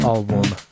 Album